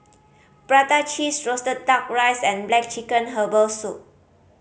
prata cheese roasted Duck Rice and black chicken herbal soup